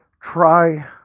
try